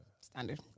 standard